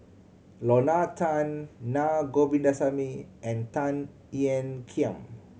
Lorna Tan Naa Govindasamy and Tan Ean Kiam